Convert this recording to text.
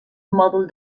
mòdul